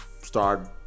start